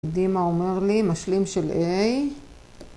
דימה אומר לי משלים של A.